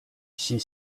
she